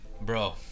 Bro